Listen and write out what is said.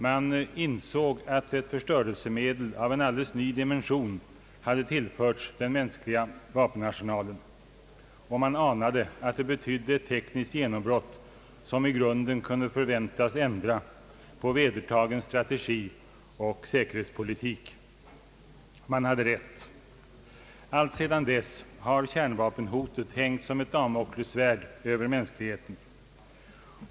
Man insåg att ett förstörelsemedel av en alldeles ny dimension hade tillförts den mänskliga vapenarsenalen, och man anade att det betydde ett tekniskt genombrott, som i grunden kunde förväntas ändra vedertagen strategi och säkerhetspolitik. Man hade rätt. Alltsedan dess har kärnvapenhotet hängt som ett damoklessvärd över mänskligheten.